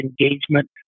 engagement